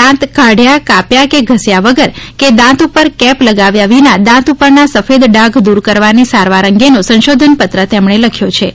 દાંત કાઢ્યા કાપ્યા કે ઘસ્યા વગર કે દાંત ઉપર કેપ લગાવ્યા વિના દાંત ઉપરના સફેદ ડાઘ દૂર કરવાની સારવાર અંગેનો સંશોધનપત્ર લખ્યો છે